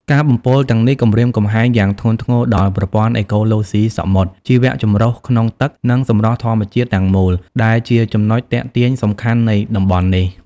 ការបំពុលទាំងនេះគំរាមកំហែងយ៉ាងធ្ងន់ធ្ងរដល់ ប្រព័ន្ធអេកូឡូស៊ីសមុទ្រ ជីវចម្រុះក្នុងទឹក និង សម្រស់ធម្មជាតិ ទាំងមូល ដែលជាចំណុចទាក់ទាញសំខាន់នៃតំបន់នេះ។